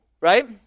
right